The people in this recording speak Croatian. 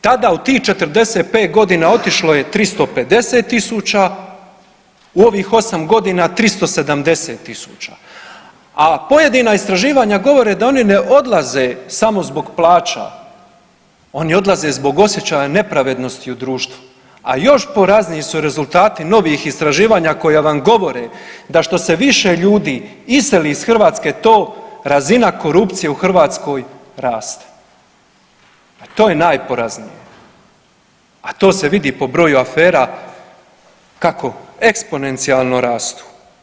Tada, u tih 45 godina otišlo je 350 tisuća, u ovih 8 godina 370 tisuća, a pojedina istraživanja govore da oni ne odlaze samo zbog plaća, oni odlaze zbog osjećaja nepravednosti u društvu, a još porazniji su rezultati novijih istraživanja koja vam govore da što se više ljudi iseli iz Hrvatske, to razina korupcije u Hrvatskoj raste, e to je najporaznije, a to se vidi po broju afera kako eksponencijalno rastu.